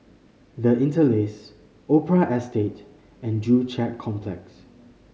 The Interlace Opera Estate and Joo Chiat Complex